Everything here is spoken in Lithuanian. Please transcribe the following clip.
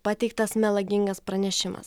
pateiktas melagingas pranešimas